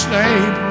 name